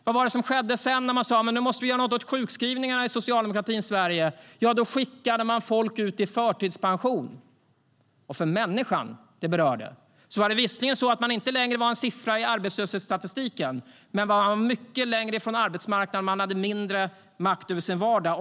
Vad var det som skedde sedan när man sa att man måste göra något åt sjukskrivningarna i socialdemokratins Sverige? Jo, då skickade man ut folk i förtidspension. Människorna som berördes var visserligen inte längre en siffra i arbetslöshetsstatistiken, men de var mycket längre ifrån arbetsmarknaden, och de hade mindre makt över sin vardag.